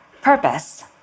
purpose